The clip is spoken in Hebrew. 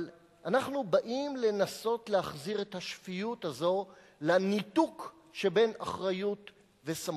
אבל אנחנו באים לנסות להחזיר את השפיות הזאת לניתוק שבין אחריות וסמכות.